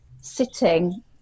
sitting